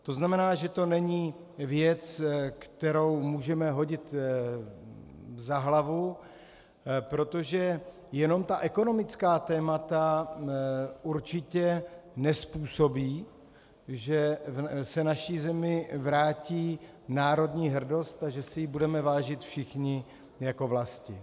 To znamená, že to není věc, kterou můžeme hodit za hlavu, protože jenom ta ekonomická témata určitě nezpůsobí, že se naší zemi vrátí národní hrdost a že si jí budeme vážit všichni jako vlasti.